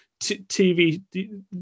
tv